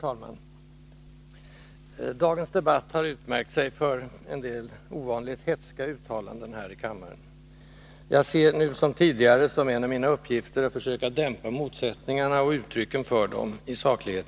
Herr talman! Utmärkande för dagens debatt har varit en del ovanligt hätska uttalanden här i kammaren. Jag ser, nu som tidigare, som en av mina uppgifter att i saklighetens intresse försöka dämpa motsättningarna och uttrycken för dem.